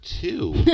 two